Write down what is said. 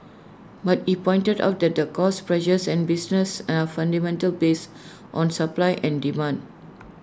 but he pointed out that cost pressures on businesses are fundamentally based on supply and demand